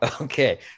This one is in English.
Okay